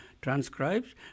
transcribes